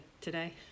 today